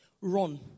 run